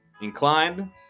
inclined